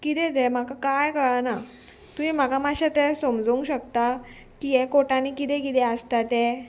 किदें तें म्हाका कांय कळना तुवें म्हाका मातशें तें समजूंक शकता की हें कोटांनी किदें किदें आसता तें